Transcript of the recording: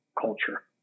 culture